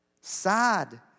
Sad